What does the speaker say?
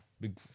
Big